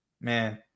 man